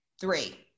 three